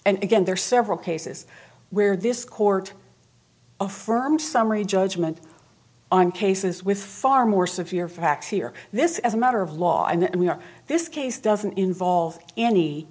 and again there are several cases where this court affirmed summary judgment i'm cases with far more severe facts here this as a matter of law and we are this case doesn't involve any